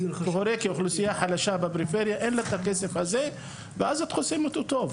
הורה כאוכלוסייה חלשה בפריפריה אין לך את הכסף הזה ואז את חוסמת אותו.